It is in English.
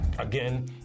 Again